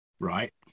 Right